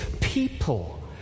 people